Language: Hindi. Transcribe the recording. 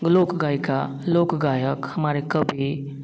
लोक गायिका लोक गायक हमारे कवि